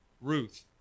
Ruth